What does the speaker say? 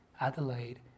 Adelaide